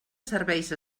serveis